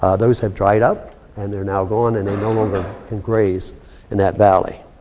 ah those have dried up and they're now gone and they no longer engraze in that valley.